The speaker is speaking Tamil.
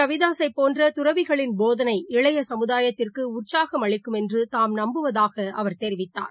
ரவிதாஸை போன்றதுறவிகளின் போதனை இளையசமுதாயத்திற்குஉற்சாகம் அளிக்கும் குரு என்றுதாம் நம்வுவதாகஅவர் தெரிவித்தார்